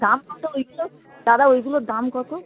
দাম কতো ওইগুলোর দাদা ওইগুলোর দাম কতো